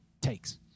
takes